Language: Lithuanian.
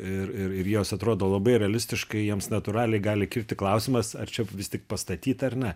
ir ir ir jos atrodo labai realistiškai jiems natūraliai gali kilti klausimas ar čia vis tik pastatyta ar ne